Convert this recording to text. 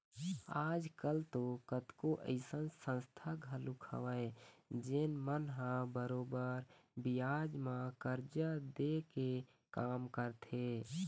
आज कल तो कतको अइसन संस्था घलोक हवय जेन मन ह बरोबर बियाज म करजा दे के काम करथे